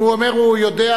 אם הוא אומר הוא יודע.